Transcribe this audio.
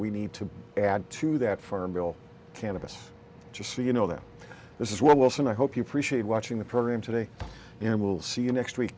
we need to add to that farm bill cannabis just so you know that this is what wilson i hope you appreciate watching the program today and we'll see you next week